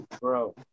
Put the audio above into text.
bro